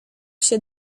się